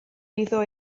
iddo